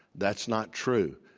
that's not true.